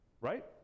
right